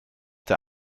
der